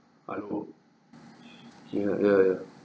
hello ya ya ya